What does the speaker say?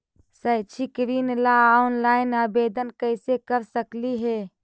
शैक्षिक ऋण ला ऑनलाइन आवेदन कैसे कर सकली हे?